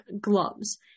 gloves